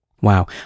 Wow